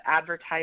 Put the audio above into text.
advertise